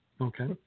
Okay